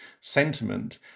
sentiment